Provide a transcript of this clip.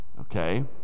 Okay